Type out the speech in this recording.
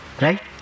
Right